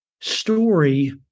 story